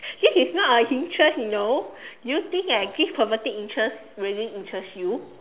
this is not a interest you know do you think I give a pervertic interest will it interest you